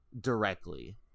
Directly